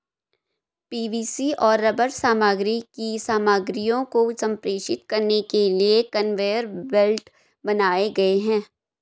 PVC और rubber सामग्री की सामग्रियों को संप्रेषित करने के लिए कन्वेयर बेल्ट बनाए गए हैं